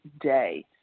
day